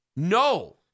No